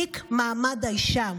תיק מעמד האישה.